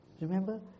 Remember